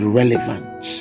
relevant